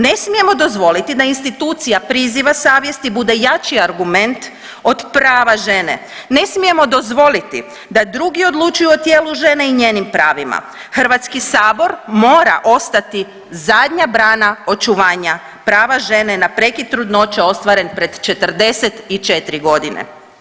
Ne smijemo dozvoliti da institucija priziva savjesti bude jači argument od prava žene, ne smijemo dozvoliti da drugi odlučuju o tijelu žene i njenim pravima, HS mora ostati zadnja brana očuvanja prava žene na prekid trudnoće ostvaren pred 44 godine.